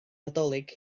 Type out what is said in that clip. nadolig